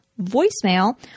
voicemail